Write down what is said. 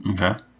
Okay